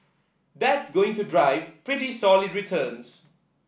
that's going to drive pretty solid returns